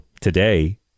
today